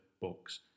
books